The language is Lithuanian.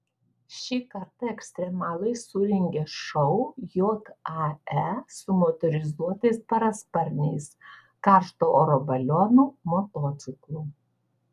šį kartą ekstremalai surengė šou jae su motorizuotais parasparniais karšto oro balionu motociklu